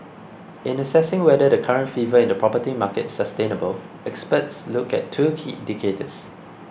in assessing whether the current fever in the property market is sustainable experts look at two key indicators